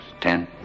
Ten